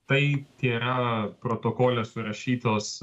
tai tėra protokole surašytos